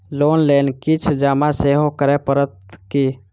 Loan लेल किछ जमा सेहो करै पड़त की?